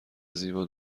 زیبا